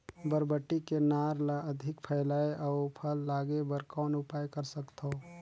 बरबट्टी के नार ल अधिक फैलाय अउ फल लागे बर कौन उपाय कर सकथव?